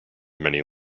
many